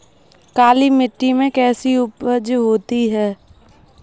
काली मिट्टी में कैसी उपज होती है?